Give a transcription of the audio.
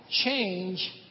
Change